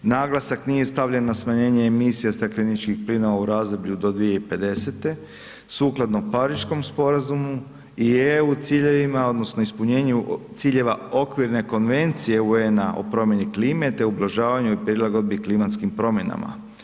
Naglasak nije stavljen na smanjenje emisija stakleničkih plinova u razdoblju do 2050. sukladno Pariškom sporazumu i EU ciljevima odnosno ispunjenu ciljeva okvirne konvencije UN-a o promjeni klima te ublažavanju i prilagodbi klimatskim promjenama.